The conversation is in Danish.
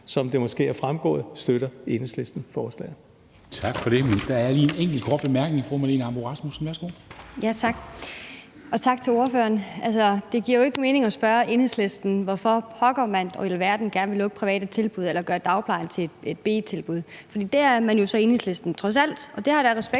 Som det måske er fremgået, støtter Enhedslisten forslaget.